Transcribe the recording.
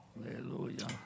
aleluya